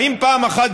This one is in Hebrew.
האם פעם אחת,